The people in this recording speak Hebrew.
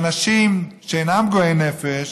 שאנשים שאינם פגועי נפש